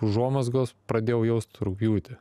užuomazgos pradėjau jaust rugpjūtį